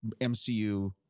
MCU